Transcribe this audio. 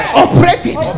operating